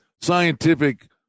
scientific